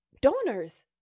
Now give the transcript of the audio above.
donors